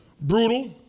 Brutal